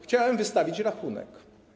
chciałem wystawić rachunek.